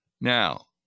Now